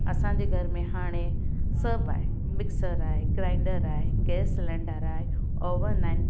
असांजे घर में हाणे सभु आहे मिक्सर आहे ग्राइंडर आहे गैस सिलेंडर आहे ओवन आहिनि